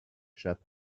shepherd